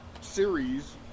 series